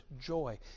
joy